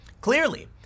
Clearly